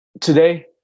Today